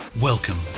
Welcome